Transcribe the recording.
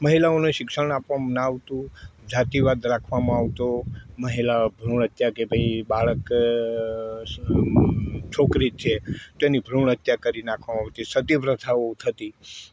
મહિલાઓને શિક્ષણ આપવામાં ન આવતું જાતિવાદ રાખવામાં આવતો મહિલા ભ્રૂણ હત્યા કે ભાઈ બાળક છોકરી જ છે તેની ભ્રૂણ હત્યા કરી નાખવામાં આવતી સતી પ્રથાઓ થતી